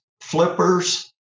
flippers